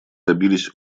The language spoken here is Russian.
добились